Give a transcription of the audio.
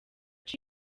kuko